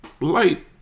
Light